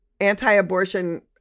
anti-abortion